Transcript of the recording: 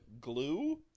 Glue